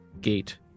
Gate